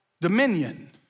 dominion